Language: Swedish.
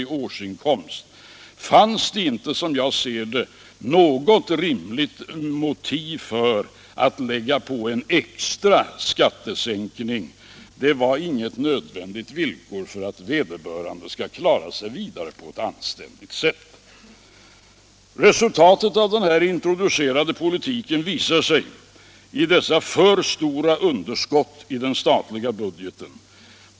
i årsinkomst fanns det inte, som jag ser det, något rimligt motiv för en extra skattesänkning. Det var inget nödvändigt villkor för att vederbörande skulle klara sig vidare på ett anständigt sätt. Resultatet av den här introducerade politiken visar sig i för stora underskott i den statliga budgeten.